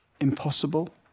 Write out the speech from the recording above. impossible